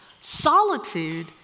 Solitude